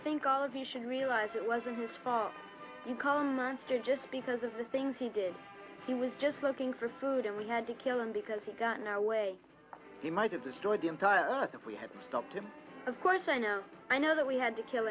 think all of you should realize it wasn't his fault you call munster just because of the things he did he was just looking for food and we had to kill him because he got no way he might have destroyed the entire earth if we hadn't stopped him of course i know i know that we had to kill